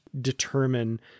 determine